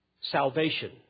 Salvation